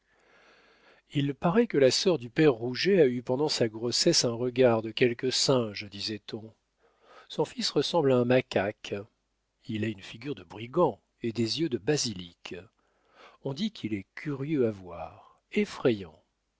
il paraît que la sœur du père rouget a eu pendant sa grossesse un regard de quelque singe disait-on son fils ressemble à un macaque il a une figure de brigand et des yeux de basilic on dit qu'il est curieux à voir effrayant